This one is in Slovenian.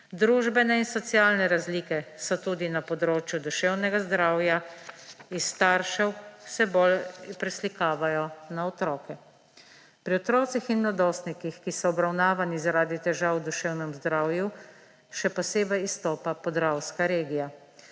Družbene in socialne razlike se tudi na področju duševnega zdravja s staršev vse bolj preslikavajo na otroke. Pri otrocih in mladostnikih, ki so obravnavani zaradi težav v duševnem zdravju, še posebej izstopa podravska regija.